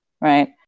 right